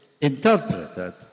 interpreted